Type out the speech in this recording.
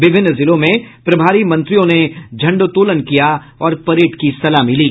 विभिन्न जिलों में प्रभारी मंत्रियों ने झंडोत्तोलन किया और परेड की सलामी ली